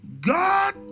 God